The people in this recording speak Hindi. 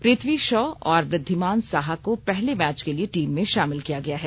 पृथ्वी शॉ और वृद्धिमान साहा को पहले मैच के लिए टीम में शामिल किया गया है